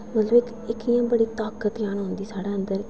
इक मतलब इक इयां बड़ी ताकत जन औंदी साढ़ै अंदर